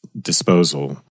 disposal